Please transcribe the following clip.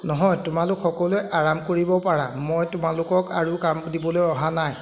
নহয় তোমালোক সকলোৱে আৰাম কৰিব পাৰা মই তোমালোকক আৰু কাম দিবলৈ অহা নাই